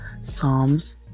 Psalms